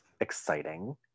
Exciting